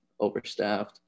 overstaffed